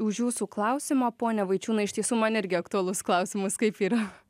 už jūsų klausimą pone vaičiūnai iš tiesų man irgi aktualus klausimas kaip yra